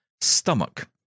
stomach